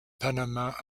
panama